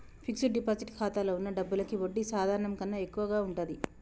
fixed deposit ఖాతాలో వున్న డబ్బులకి వడ్డీ సాధారణం కన్నా ఎక్కువగా ఉంటది